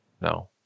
No